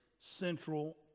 central